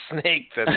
snake